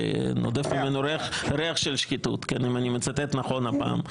שנודף ממנו ריח של שחיתות אם אני מצטט נכון הפעם,